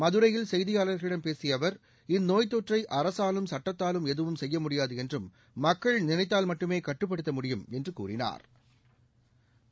மதுரையில் செய்தியாளர்களிடம் பேசிய அவர் இந்நோய்த்தொற்றை அரசாலும் சுட்டத்தாலும் எதுவும் செய்ய முடியாது என்றும் மக்கள் நினைத்தால் மட்டுமே கட்டுப்படுத்த முடியும் என்று கூறினாா்